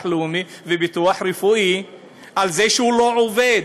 לאומי וביטוח רפואי על זה שהוא לא עובד.